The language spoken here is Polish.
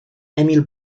emil